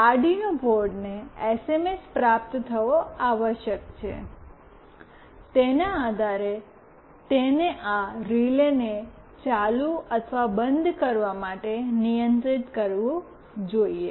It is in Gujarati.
અરડિનો બોર્ડને એસએમએસ પ્રાપ્ત થવો આવશ્યક છે તેના આધારે તેને આ રિલેને ચાલુ અથવા બંધ કરવા માટે નિયંત્રિત કરવું જોઈએ